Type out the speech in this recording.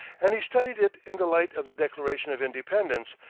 and he studied it in the light of the declaration of independence,